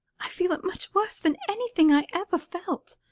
i feel it much worse than anything i ever felt,